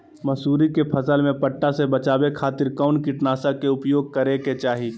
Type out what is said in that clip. मसूरी के फसल में पट्टा से बचावे खातिर कौन कीटनाशक के उपयोग करे के चाही?